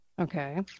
Okay